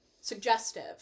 suggestive